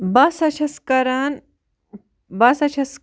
بہٕ ہسا چھَس کران بہٕ ہسا چھَس